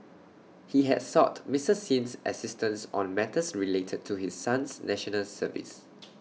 he had sought Mister Sin's assistance on matters related to his son's National Service